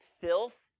filth